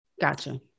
Gotcha